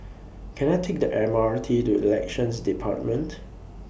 Can I Take The M R T to Elections department